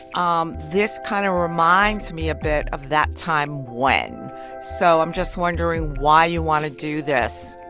um this kind of reminds me a bit of that time when so i'm just wondering why you want to do this?